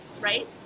right